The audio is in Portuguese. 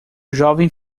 jovem